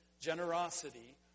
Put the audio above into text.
generosity